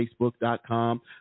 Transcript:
facebook.com